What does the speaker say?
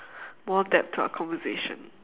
more depth to our conversation